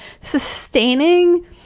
sustaining